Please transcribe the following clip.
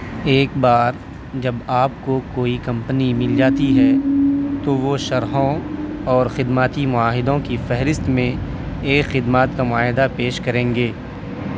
ایک بار جب آپ کو کوئی کمپنی مل جاتی ہے تو وہ شرحوں اور خدماتی معاہدوں کی فہرست میں ایک خدمات کا معاہدہ پیش کریں گے